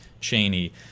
Cheney